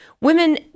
Women